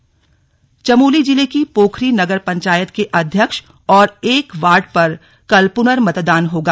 प्नर्मतदान चमोली जिले की पोखरी नगर पंचायत के अध्यक्ष और एक वार्ड पर कल प्रनर्मतदान होगा